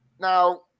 Now